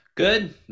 Good